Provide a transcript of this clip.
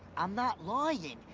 i'm not lyin'.